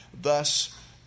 Thus